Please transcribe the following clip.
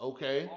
Okay